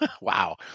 wow